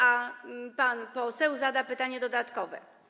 A pan poseł zada pytanie dodatkowe.